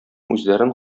үзләрен